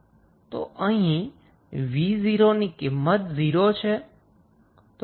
તો અહીં 𝑣0 ની કિંમત 0 છે